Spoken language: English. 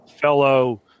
fellow